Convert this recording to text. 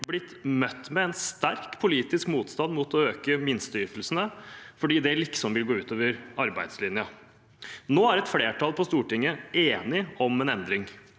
blitt møtt med en sterk politisk motstand mot å øke minsteytelsene fordi det liksom vil gå ut over arbeidslinja. Nå er et flertall på Stortinget enige om en endring.